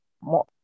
more